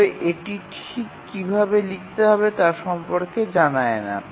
তবে এটি ঠিক কীভাবে লিখতে হবে তা সম্পর্কে জানায় না